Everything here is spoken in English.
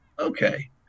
Okay